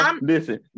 listen